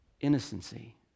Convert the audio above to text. innocency